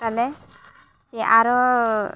ᱛᱟᱞᱮ ᱪᱮ ᱟᱨᱚ